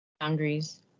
boundaries